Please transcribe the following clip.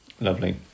Lovely